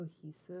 cohesive